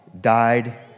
died